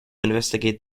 investigate